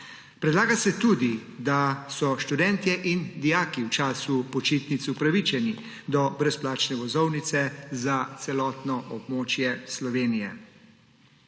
Predlaga se tudi, da so študentje in dijaki v času počitnic upravičeni do brezplačne vozovnice za celotno območje Slovenije.